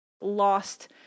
lost